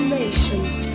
nations